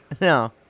No